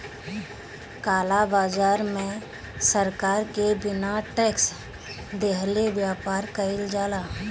काला बाजार में सरकार के बिना टेक्स देहले व्यापार कईल जाला